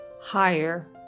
higher